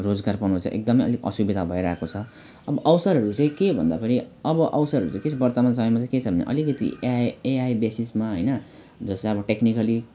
रोजगार गर्नु चाहिँ एकदमै अलिक असुविधा भइरहेको छ अब अवसरहरू चाहिँ के भन्दाफेरि अब अवसरहरू चाहिँ के छ वर्तमान समयमा चाहिँ के छ भने अलिकति एआई एआई बेसिसमा हैन जसो अब टेक्निकली